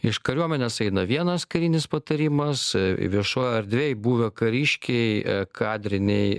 iš kariuomenės eina vienas karinis patarimas viešoj erdvėj buvę kariškiai kadriniai